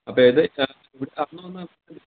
അപ്പോൾ ഏത്